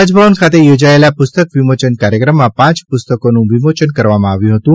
રાજભવન ખાતે યોજાયેલા પુસ્તક વિમોચન કાર્યક્રમમાં પાંચ પુસ્તકોનું વિમોચન કરવામાં આવ્યું હતું